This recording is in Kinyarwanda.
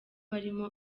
barimo